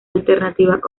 alternativas